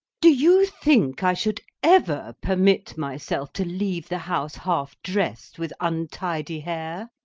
do you think i should ever permit myself to leave the house half-dressed, with untidy hair?